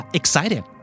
excited